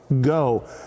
go